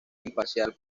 imparcial